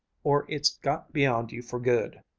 or it's got beyond you for good.